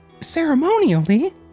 ceremonially